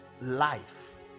life